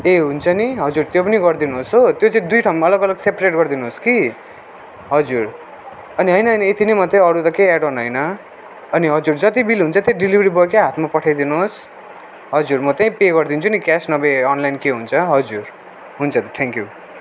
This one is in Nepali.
ए हुन्छ नि हजुर त्यो पनि गरिदिनु होस् हो त्यो चाहिँ दुई ठाउँ अलग अलग सेप्रेट गरिदिनु होस् कि हजुर अनि होइन होइन यति नै मात्रै हो अरू त केही एड अन होइन अनि हजुर जति बिल हुन्छ त्यो डेलिभरी बोयकै हातमा पठाइदिनु होस् हजुर म त्यहीँ पे गरिदिन्छु नि क्यास नभए अनलाइन के हुन्छ हजुर हुन्छ त थ्याङ्क्यु